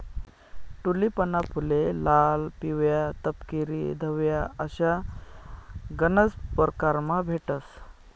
टूलिपना फुले लाल, पिवया, तपकिरी, धवया अशा गनज परकारमा भेटतंस